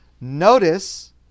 Notice